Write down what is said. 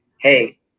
hey